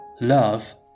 Love